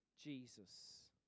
Jesus